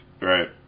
right